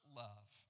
love